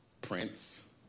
Prince